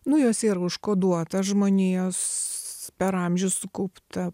nu jos yra užkoduota žmonijos per amžius sukaupta